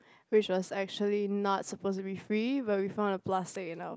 which was actually not supposed to be free but we found a plastic in our